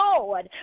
Lord